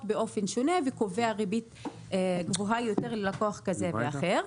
באופן שונה וקובע ריבית גבוהה יותר ללקוח כזה או אחר.